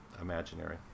imaginary